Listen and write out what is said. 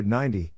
190